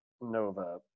Nova